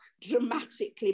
dramatically